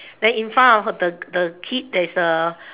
then in front of the the kid there is a